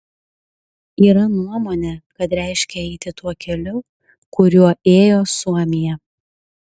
yra nuomonė kad reiškia eiti tuo keliu kuriuo ėjo suomija